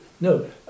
no